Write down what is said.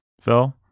Phil